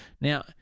Now